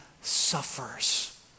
suffers